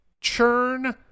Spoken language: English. churn